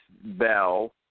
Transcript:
Bell